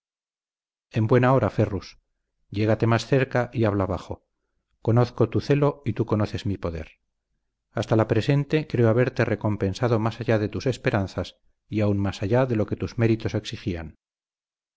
en buen hora ferrus llégate más cerca y habla bajo conozco tu celo y tú conoces mi poder hasta la presente creo haberte recompensado más allá de tus esperanzas y aún más allá de lo que tus méritos exigían